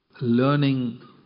learning